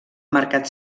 mercat